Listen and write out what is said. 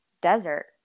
desert